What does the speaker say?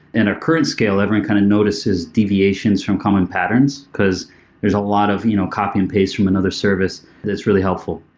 in a current scale, everyone kind of notices deviations from common patterns, because there's a lot of you know copy and paste from another service that's really helpful.